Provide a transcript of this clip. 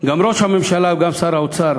גם ראש הממשלה וגם שר האוצר